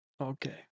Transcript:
okay